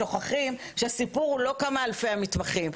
ושוכחים שהסיפור הוא לא כמה אלפי מתמחים.